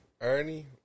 Ernie